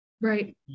Right